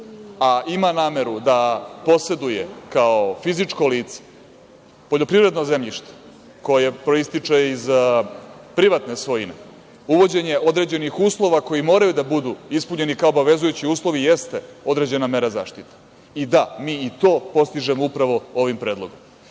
a ima nameru da poseduje kao fizičko lice poljoprivredno zemljište koje proističe iz privatne svojine, uvođenje određenih uslova koji moraju da budu ispunjeni kao obavezujući uslovi jeste određena mere zaštite. I da, mi i to postižemo ovim predlogom. Da